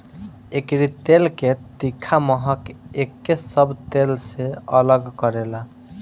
एकरी तेल के तीखा महक एके सब तेल से अलग करेला